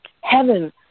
Heaven